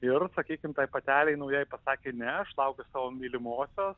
ir sakykim tai patelei naujai pasakė ne aš laukiu savo mylimosios